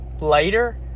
later